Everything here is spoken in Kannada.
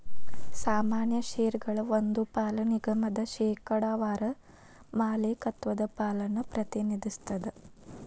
ಸಾಮಾನ್ಯ ಷೇರಗಳ ಒಂದ್ ಪಾಲ ನಿಗಮದ ಶೇಕಡಾವಾರ ಮಾಲೇಕತ್ವದ ಪಾಲನ್ನ ಪ್ರತಿನಿಧಿಸ್ತದ